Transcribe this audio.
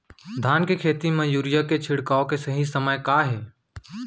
धान के खेती मा यूरिया के छिड़काओ के सही समय का हे?